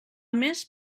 més